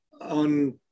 on